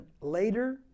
Later